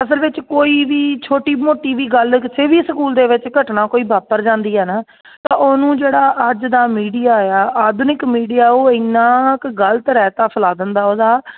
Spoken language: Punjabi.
ਅਸਲ ਵਿੱਚ ਕੋਈ ਵੀ ਛੋਟੀ ਮੋਟੀ ਵੀ ਗੱਲ ਕਿਸੇ ਵੀ ਸਕੂਲ ਦੇ ਵਿੱਚ ਘਟਨਾ ਕੋਈ ਵਾਪਰ ਜਾਂਦੀ ਹੈ ਨਾ ਤਾਂ ਉਹਨੂੰ ਜਿਹੜਾ ਅੱਜ ਦਾ ਮੀਡੀਆ ਆ ਆਧੁਨਿਕ ਮੀਡੀਆ ਉਹ ਇੰਨਾ ਕੁ ਗਲਤ ਰਾਇਤਾ ਫੈਲਾ ਦਿੰਦਾ ਉਹਦਾ